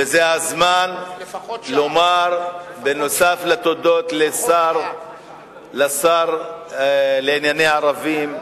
וזה הזמן לומר נוסף על התודות לשר לענייני ערבים,